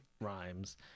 rhymes